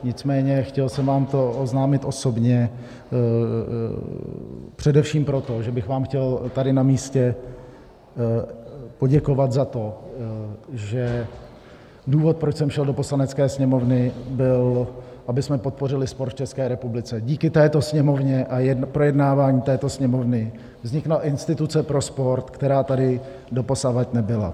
Nicméně jsem vám to chtěl oznámit osobně především proto, že bych vám chtěl tady na místě poděkovat za to, že důvod, proč jsem šel do Poslanecké sněmovny, byl, abychom podpořili sport v České republice, a díky této Sněmovně a projednávání této Sněmovny vznikla instituce pro sport, která tady doposud nebyla.